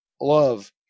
love